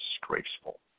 disgraceful